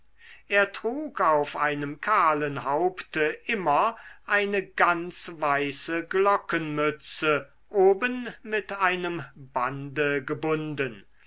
er trug auf einem kahlen haupte immer eine ganz weiße glockenmütze oben mit einem bande gebunden